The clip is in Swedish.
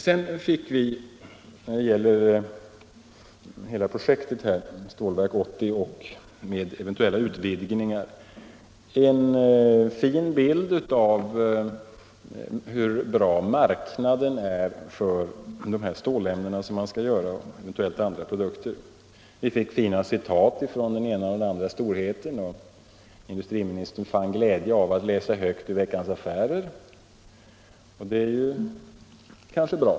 Vad sedan gäller hela projektet Stålverk 80 med eventuella utvidgningar fick vi här en fin bild av hur bra marknaden är för de stålämnen man där skall producera, eventuellt också för en del andra produkter. Vi fick bl.a. höra en del fina citat av den ena eller den andra storheten, och industriministern fann en glädje i att läsa högt ur tidningen Veckans Affärer. Det var kanske bra.